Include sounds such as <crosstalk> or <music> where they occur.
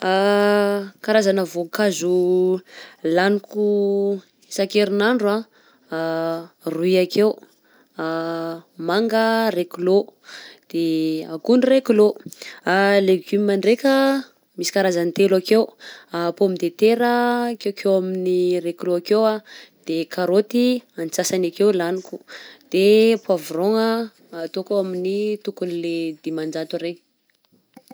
<hesitation> Karazana voankazo laniko isak'erinandro a: roy akeo manga ray kilao, de akondro ray kilao, <hesitation> legume ndraika a, misy karazany telo akeo <hesitation> pomme de terra akekeo amy ray kilao akeo de carote atsany akeo laniko de poivre ataoko amin'ny le tokony dimanjato ireny.